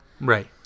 right